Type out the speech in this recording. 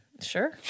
Sure